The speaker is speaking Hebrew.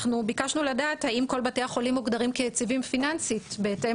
ביקשנו לדעת האם כל בתי החולים מוגדרים כיציבים פיננסית בהתאם